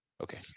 Okay